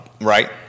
Right